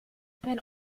wenn